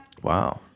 Wow